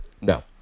No